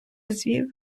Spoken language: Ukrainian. звів